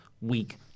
week